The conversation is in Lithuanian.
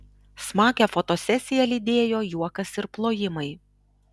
smagią fotosesiją lydėjo juokas ir plojimai